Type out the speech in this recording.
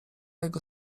jego